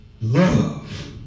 Love